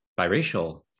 biracial